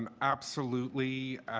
um absolutely.